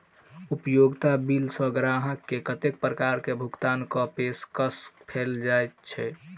उपयोगिता बिल सऽ ग्राहक केँ कत्ते प्रकार केँ भुगतान कऽ पेशकश कैल जाय छै?